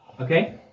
Okay